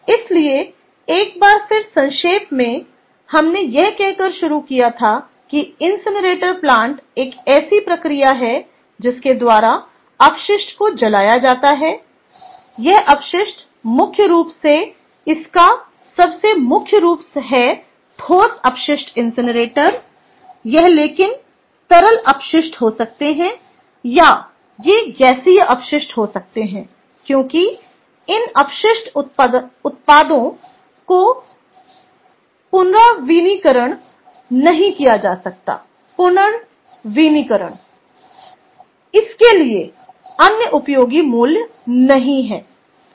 इसलिए एक बार फिर संक्षेप में हमने यह कहकर शुरू किया कि इनसिनरेटर प्लांट एक ऐसी प्रक्रिया है जिसके द्वारा अपशिष्ट को जलाया जाता है यह अपशिष्ट मुख्य रूप से इसका सबसे मुख्य रूप है ठोस अपशिष्ट इनसिनरेटर यह लेकिन तरल अपशिष्ट हो सकते हैं या ये गैसीय अपशिष्ट हो सकते हैं क्योंकि इन अपशिष्ट उत्पादों को पुनर्नवीनीकरण नहीं किया जा सकता है इसके लिए कोई अन्य उपयोगी मूल्य नहीं है